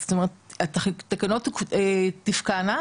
זאת אומרת התקנות תופקענה,